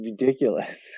ridiculous